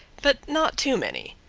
but not too many.